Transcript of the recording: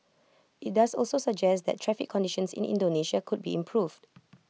IT does also suggest that traffic conditions in Indonesia could be improved